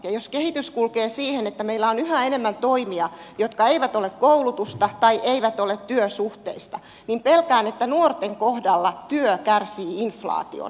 jos kehitys kulkee siihen että meillä on yhä enemmän toimia jotka eivät ole koulutusta tai eivät ole työsuhteista niin pelkään että nuorten kohdalla työ kärsii inflaation